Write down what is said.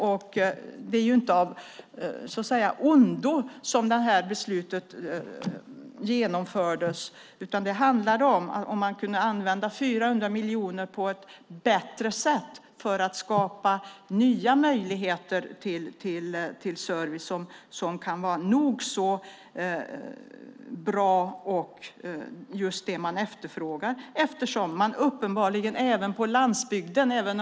Beslutet har ju inte genomförts för att det ska vara av ondo. Det som det handlade om var om man kunde använda 400 miljoner på ett bättre sätt för att skapa nya möjligheter till service som kan vara nog så bra och just det som efterfrågas.